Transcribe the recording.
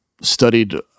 studied